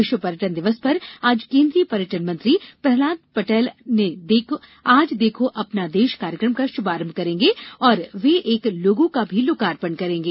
विश्व पर्यटन दिवस पर आज केन्द्रीय पर्यटन मंत्री प्रहलाद पटेल आज देखो अपना देश कार्यक्रम का शुभारंभ करेंगे और वे एक लोगो का लोकार्पण भी करेंगे